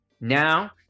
Now